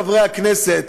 חברי הכנסת,